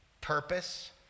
Purpose